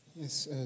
Yes